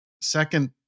second